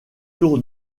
tours